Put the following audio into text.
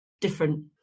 different